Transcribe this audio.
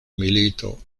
milito